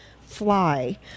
fly